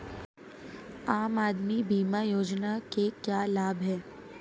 आम आदमी बीमा योजना के क्या लाभ हैं?